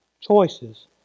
Choices